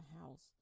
house